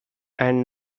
and